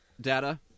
Data